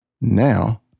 Now